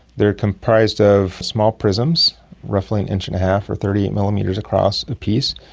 they are comprised of small prisms roughly an inch and a half or thirty millimetres across apiece,